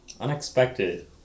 Unexpected